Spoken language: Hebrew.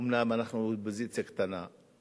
אומנם אנחנו אופוזיציה קטנה,